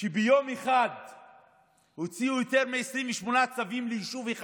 שביום אחד הוציאו יותר מ-28 צווים ליישוב אחד?